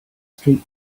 street